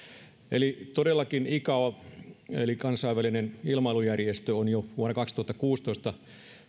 todellakin icao eli kansainvälinen ilmailujärjestö on jo vuonna kaksituhattakuusitoista